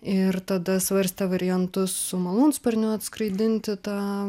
ir tada svarstė variantus su malūnsparniu atskraidinti tą